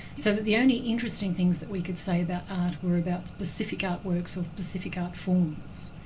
so that the only interesting things that we could say about art were about specific artworks or specific art forms.